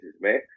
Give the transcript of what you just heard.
man